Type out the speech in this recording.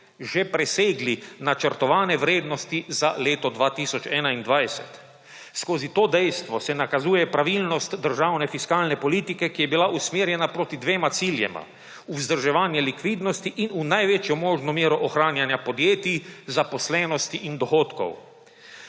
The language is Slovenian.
že presegli načrtovane vrednosti za leto 2021. Skozi to dejstvo se nakazuje pravilnost državne fiskalne politike, ki je bila usmerjena proti dvema ciljema, vzdrževanje likvidnosti in v največjo možno mero ohranjanja podjetij, zaposlenosti in dohodkov.